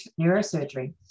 neurosurgery